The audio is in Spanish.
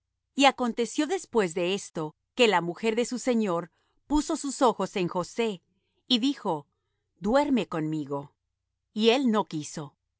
y aconteció después de esto que la mujer de su señor puso sus ojos en josé y dijo duerme conmigo y él no quiso